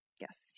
Yes